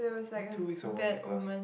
then two weeks or one week plus